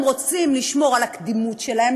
הם רוצים לשמור על הקדימות שלהם,